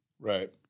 Right